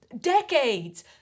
decades